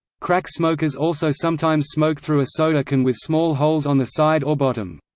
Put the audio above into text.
crack smokers also sometimes smoke through a soda can with small holes on the side or bottom.